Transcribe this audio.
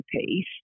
piece